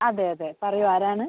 അതെ അതെ പറയൂ ആരാണ്